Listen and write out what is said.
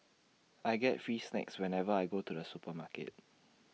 I get free snacks whenever I go to the supermarket